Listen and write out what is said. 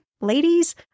ladies